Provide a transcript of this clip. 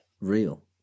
real